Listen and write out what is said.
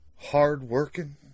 hard-working